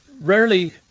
rarely